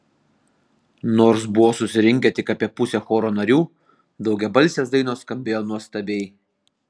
nors buvo susirinkę tik apie pusė choro narių daugiabalsės dainos skambėjo nuostabiai